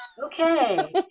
Okay